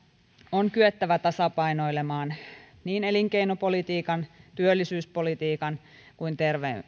on kyettävä tasapainoilemaan niin elinkeinopolitiikan työllisyyspolitiikan kuin